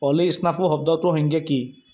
অ'লি snafu শব্দটোৰ সংজ্ঞা কি